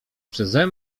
przeze